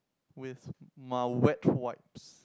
with mild wet wipes